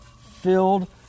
filled